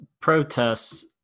protests